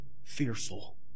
fearful